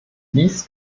dies